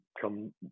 come